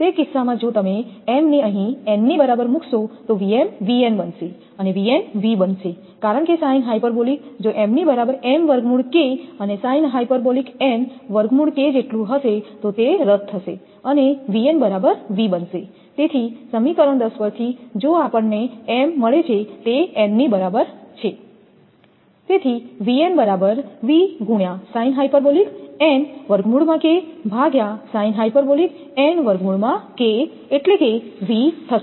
તે કિસ્સામાં જો તમે m ને અહીં n ની બરાબર મૂકશો તો Vm Vn બનશે Vn V બનશે કારણ કે સાઇન હાઇપરબોલીક જો m ની બરાબર વર્ગમૂળ અને સાઇન હાઇપરબોલીક n વર્ગમૂળ K જેટલું હશે તો તે રદ થશે અને V n બરાબર V થશે